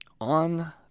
On